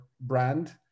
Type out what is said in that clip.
brand